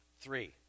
Three